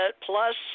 plus